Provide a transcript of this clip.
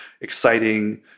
exciting